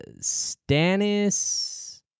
Stannis